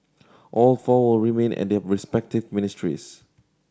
all four remain at their respective ministries